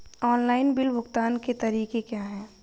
Online bill भुगतान के तरीके क्या हैं?